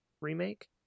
remake